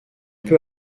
peu